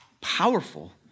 powerful